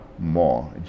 More